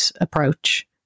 approach